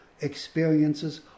experiences